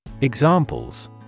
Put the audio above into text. Examples